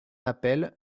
appelle